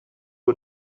who